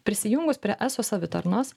prisijungus prie eso savitarnos